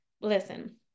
listen